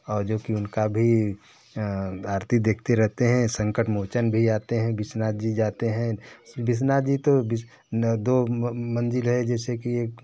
और जो कि उनका भी आरती देखते रहते हैं संकटमोचन भी आते हैं विश्वनाथ जी जाते हैं विश्वनाथ जी तो मंज़िल हैं जैसे कि एक